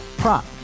Prop